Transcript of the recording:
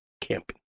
Camping